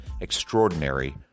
Extraordinary